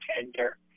tender